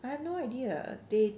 I have no idea they